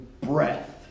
breath